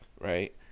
right